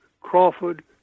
Crawford